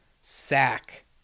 sack